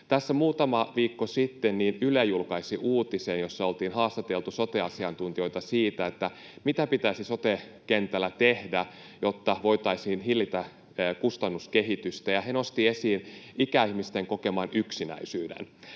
Muutama viikko sitten Yle julkaisi uutisen, jossa oltiin haastateltu sote-asiantuntijoita siitä, mitä pitäisi sote-kentällä tehdä, jotta voitaisiin hillitä kustannuskehitystä. He nostivat esiin ikäihmisten kokeman yksinäisyyden.